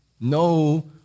No